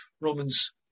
Romans